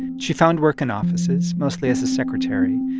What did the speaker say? she found work in offices, mostly as a secretary,